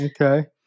Okay